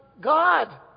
God